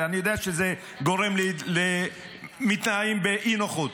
אני יודע שזה גורם להתנועע באי-נוחות.